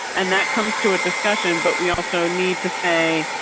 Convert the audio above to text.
and that comes to a discussion, but we also need to say.